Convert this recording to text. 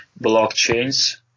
blockchains